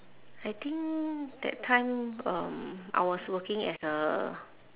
I think that time um I was working as a